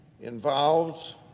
involves